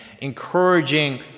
encouraging